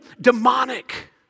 demonic